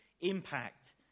impact